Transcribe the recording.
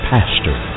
Pastor